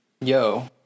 Yo